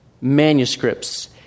manuscripts